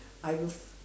I will